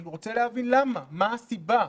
אני רוצה להבין למה, מה הסיבה.